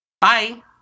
Bye